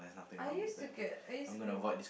I used to get I used to clean